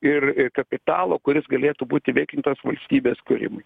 ir kapitalo kuris galėtų būt įveiklintas valstybės kūrimui